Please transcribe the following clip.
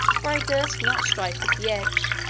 for i durst not strike with the edge,